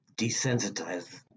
desensitize